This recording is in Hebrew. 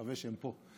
אני מקווה שהם פה.